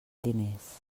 diners